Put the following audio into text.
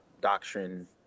doctrine